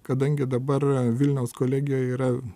kadangi dabar vilniaus kolegijoj yra